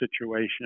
situation